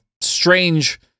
strange